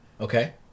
Okay